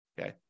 Okay